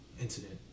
incident